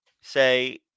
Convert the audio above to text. say